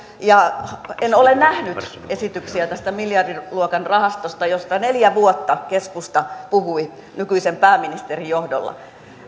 ja en ole nähnyt esityksiä tästä miljardiluokan rahastosta josta neljä vuotta keskusta puhui nykyisen pääministerin johdolla